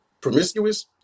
promiscuous